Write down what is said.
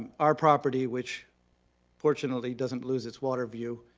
our property, which fortunately doesn't lose its water view,